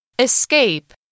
Escape